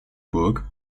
burg